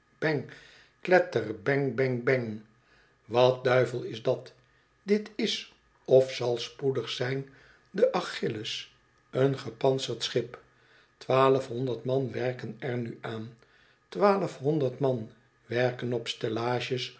clatter bang bang bang wat duivel is dat dit is of zal spoedig zijn de achilles een gepantserd schip twaalfhonderd man werken er nu aan twaalfhonderd man werken op